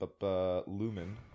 Lumen